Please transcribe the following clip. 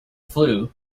flue